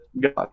god